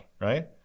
right